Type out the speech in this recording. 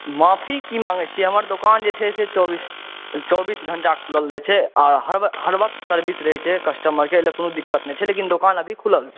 माफ़ी की माँगै छियै हमर दुकान जे छै से चौबीस घण्टा खुलल रहै छै आ हर वक्त सर्विस रहै छै कस्टमरके एहि लए कोनो दिक़्क़त नहि छै लेकिन दुकान अभी खुलल छै